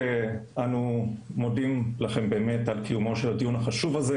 אנו מודים לכם על קיומו של הדיון החשוב הזה.